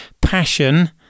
passion